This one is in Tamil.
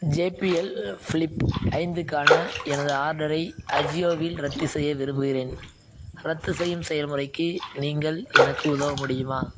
ஜேபிஎல் ஃப்ளிப் ஐந்துக்கான எனது ஆர்டரை அஜியோவில் ரத்து செய்ய விரும்புகிறேன் ரத்துசெய்யும் செயல்முறைக்கு நீங்கள் எனக்கு உதவ முடியுமா